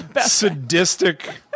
sadistic